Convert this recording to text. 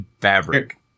fabric